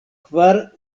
kvar